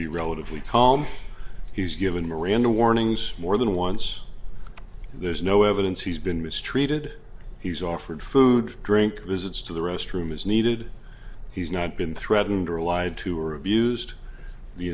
be relatively calm he's given miranda warnings more than once there's no evidence he's been mistreated he's offered food drink visits to the restroom is needed he's not been threatened or lied to or abused the